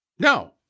No